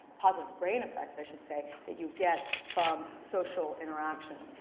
positive brain effects, i should say, that you get from social interactions.